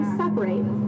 separate